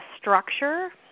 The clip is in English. structure